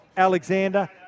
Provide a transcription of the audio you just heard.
Alexander